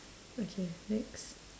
okay next